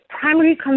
primary